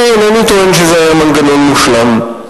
אינני טוען שזה היה מנגנון מושלם,